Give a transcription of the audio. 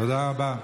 תודה רבה.